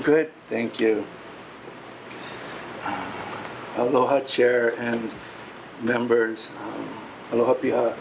good thank you i don't know how to share and members